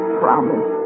promise